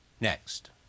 next